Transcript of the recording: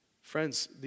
Friends